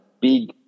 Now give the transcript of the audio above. big